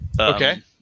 Okay